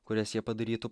kurias jie padarytų